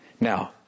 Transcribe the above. Now